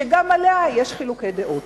שגם עליה יש חילוקי דעות.